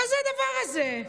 מה זה הדבר הזה?